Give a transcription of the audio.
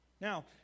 Now